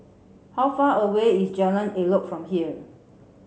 how far away is Jalan Elok from here